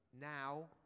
now